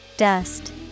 Dust